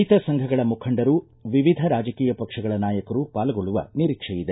ರೈತ ಸಂಘಗಳ ಮುಖಂಡರು ವಿವಿಧ ರಾಜಕೀಯ ಪಕ್ಷಗಳ ನಾಯಕರು ಪಾಲ್ಗೊಳ್ಳುವ ನಿರೀಕ್ಷೆ ಇದೆ